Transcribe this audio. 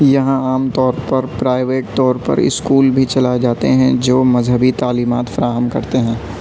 یہاں عام طور پر پرائیوٹ طور پر اسکول بھی چلائے جاتے ہیں جو مذہبی تعلیمات فراہم کرتے ہیں